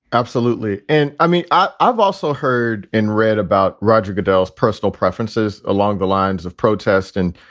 absolutely. and i mean, i've also heard and read about roger goodell's personal preferences along the lines of protest and,